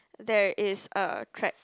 there is a trap